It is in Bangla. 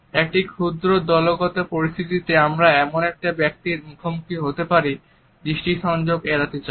একটি ক্ষুদ্র দলগত পরিস্থিতিতে আমরা এমন এক ব্যক্তির মুখোমুখি হতে পারি দৃষ্টি সংযোগ এড়াতে চান